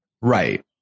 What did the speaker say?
Right